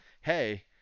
Hey